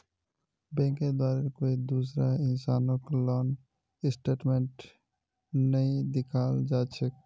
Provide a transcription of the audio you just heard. बैंकेर द्वारे कोई दूसरा इंसानक लोन स्टेटमेन्टक नइ दिखाल जा छेक